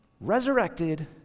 resurrected